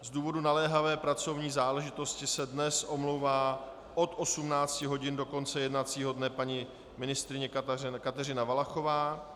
Z důvodu naléhavé pracovní záležitosti se dnes omlouvá od 18 hodin do konce jednacího dne paní ministryně Kateřina Valachová.